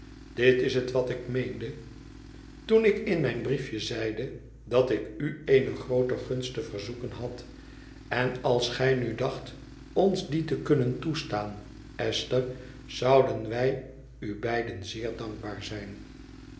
dit is het wat ik meende toen ik in mijn briefje zeide dat ik u eene groote gunst te verzoeken had en als gij nu dacht ons die te kunnen toestaan esther zouden wij u beiden zeer dankbaar zijn